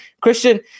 Christian